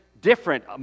different